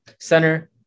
center